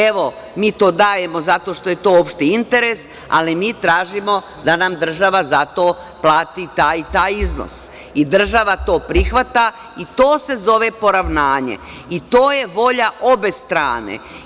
Evo, mi to dajemo zato što je to opšti interes, ali mi tražimo da nam država za to plati taj i taj iznos i država to prihvata i to se zove poravnanje i to je volja oboe strane.